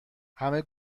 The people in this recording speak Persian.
همه